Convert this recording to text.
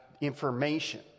information